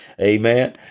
Amen